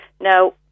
Now